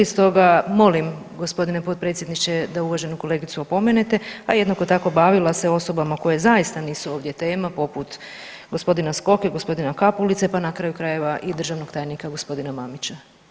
Stoga molim g. potpredsjedniče da uvaženu kolegicu opomenete, a jednako tako bavila se osobama koje zaista nisu ovdje tema poput g. Skoke i g. Kapulice, pa na kraju krajeva i državnog tajnika g. Mamića.